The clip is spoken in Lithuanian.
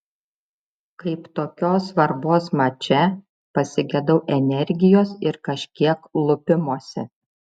kaip tokios svarbos mače pasigedau energijos ir kažkiek lupimosi